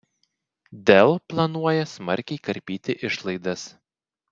dell planuoja smarkiai karpyti išlaidas